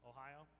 Ohio